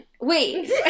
Wait